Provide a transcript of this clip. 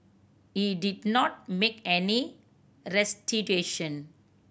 he did not make any restitution